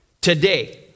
today